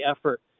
effort